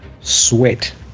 sweat